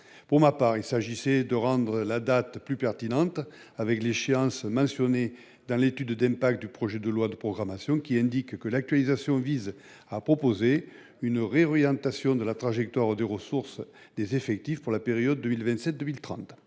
Pour ma part, il s'agissait de rendre la date plus pertinente avec l'échéance mentionnée dans l'étude d'impact du projet de loi de programmation militaire, qui indique que l'actualisation « vise à proposer une réorientation de la trajectoire de ressources des effectifs pour la période 2027-2030